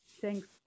Thanks